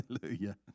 Hallelujah